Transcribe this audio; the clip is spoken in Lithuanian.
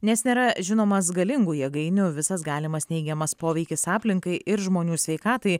nes nėra žinomas galingų jėgainių visas galimas neigiamas poveikis aplinkai ir žmonių sveikatai